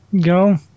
Go